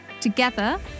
together